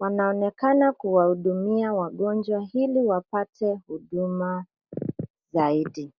Wanaonekana kuwahudumia wagonjwa ili wapate huduma zaidi.